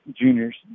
juniors